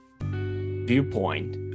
viewpoint